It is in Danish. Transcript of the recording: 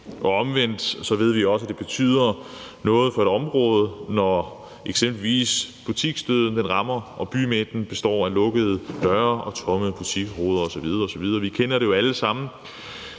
Omvendt ved vi også at det betyder noget for et område, når eksempelvis butiksdøden rammer og bymidten består af lukkede døre, tomme butiksruder osv. osv. Vi kender det jo alle sammen,